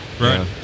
Right